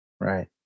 right